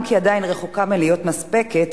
אם כי עדיין רחוקה מלהיות מספקת,